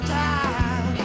time